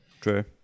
True